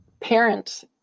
parent